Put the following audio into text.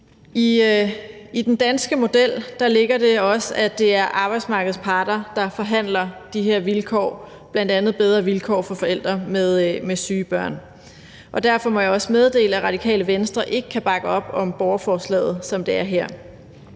i den danske model ligger der, at det er arbejdsmarkedets parter, der forhandler de her vilkår, bl.a. bedre vilkår for forældre med syge børn. Derfor må jeg også meddele, at Radikale Venstre ikke kan bakke op om borgerforslaget, som det er her.